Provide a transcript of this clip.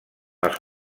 els